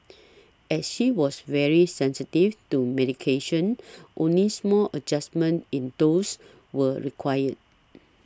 as she was very sensitive to medications only small adjustments in doses were required